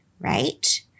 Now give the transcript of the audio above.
right